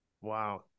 Wow